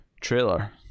trailer